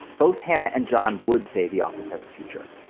both hannah and john would say the office has a future.